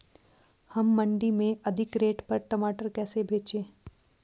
हम मंडी में अधिक रेट पर टमाटर कैसे बेचें?